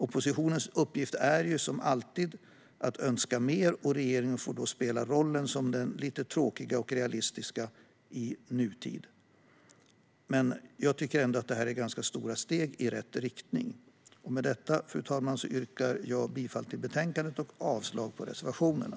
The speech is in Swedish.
Oppositionens uppgift är ju som alltid att önska mer, och regeringen får då spela rollen som det lite tråkiga och realistiska för stunden. Men jag tycker ändå att det här är ganska stora steg i rätt riktning. Med detta, fru talman, yrkar jag bifall till förslaget i betänkandet och avslag på reservationerna.